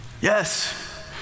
Yes